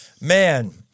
Man